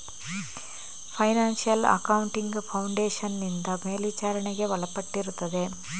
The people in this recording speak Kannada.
ಫೈನಾನ್ಶಿಯಲ್ ಅಕೌಂಟಿಂಗ್ ಫೌಂಡೇಶನ್ ನಿಂದ ಮೇಲ್ವಿಚಾರಣೆಗೆ ಒಳಪಟ್ಟಿರುತ್ತದೆ